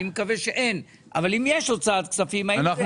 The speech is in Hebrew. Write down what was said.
אני מקווה שאין אבל אם יש האם זה- -- אנחנו